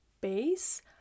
base